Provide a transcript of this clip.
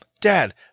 Dad